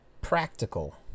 practical